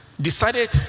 decided